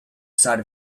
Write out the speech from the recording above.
side